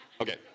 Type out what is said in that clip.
Okay